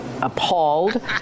Appalled